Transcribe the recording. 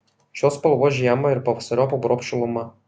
šios spalvos žiemą ir pavasariop apgobs šiluma